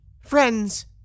Friends